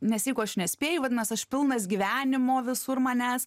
nes jeigu aš nespėju vadinasi aš pilnas gyvenimo visur manęs